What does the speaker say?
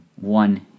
One